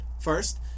first